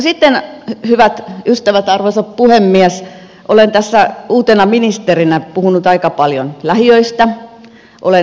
sitten hyvät ystävät arvoisa puhemies olen tässä uutena ministerinä puhunut aika paljon lähiöistä